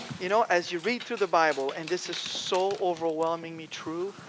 you know, as you read through the bible, and this is so overwhelmingly true,